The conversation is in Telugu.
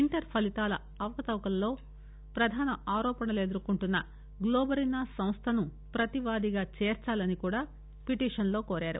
ఇంటర్ ఫలితాల అవకతవలలో పధాన ఆరోపణలు ఎదుర్కొంటున్న గ్లోబరీనా సంస్లను ప్రతిపాదిగా చేర్చాలని కూడా పిటిషన్ కోరారు